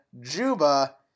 Juba